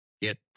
get